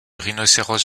rhinocéros